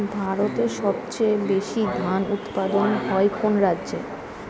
ভারতের সবচেয়ে বেশী ধান উৎপাদন হয় কোন রাজ্যে?